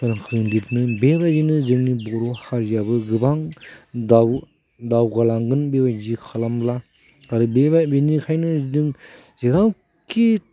मुंखौ लिरनो बेबायदि जोंनि बर' हारियाबो गोबां दावगालांगोन बेबायदि खालामब्ला आरो बेबायदि बिनिखायनो नों जेरावखि